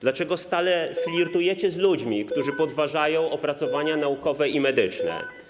Dlaczego stale flirtujecie z ludźmi, którzy podważają opracowania naukowe i medyczne?